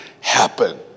happen